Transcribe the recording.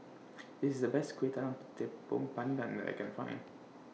This IS The Best Kueh Talam Tepong Pandan that I Can Find